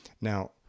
Now